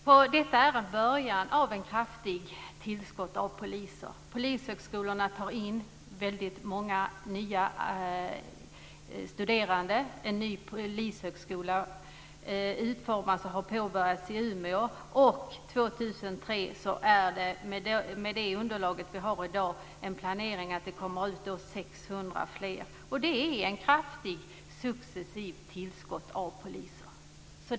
Fru talman! Detta är början av ett kraftigt tillskott av poliser. Polishögskolorna tar in många nya studerande. Utformningen av en ny polishögskola i Umeå har påbörjats. Med det underlag vi har i dag är planeringen att det kommer ut 600 fler poliser år 2003. Det är ett kraftigt successivt tillskott av poliser.